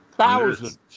Thousands